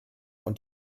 und